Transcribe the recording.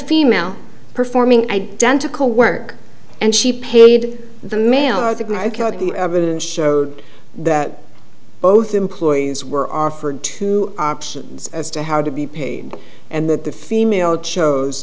female performing identical work and she paid the male sure that both employees were offered two options as to how to be paid and that the female chose